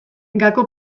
gako